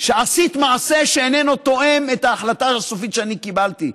שעשית מעשה שאיננו תואם את ההחלטה הסופית שאני קיבלתי,